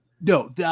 no